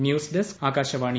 news desk Akashvani